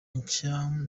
nshya